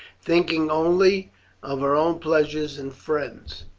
thinking only of her own pleasures and friends,